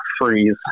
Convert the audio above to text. freeze